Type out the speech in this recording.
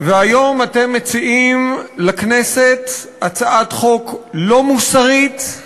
והיום אתם מציעים לכנסת הצעת חוק לא מוסרית,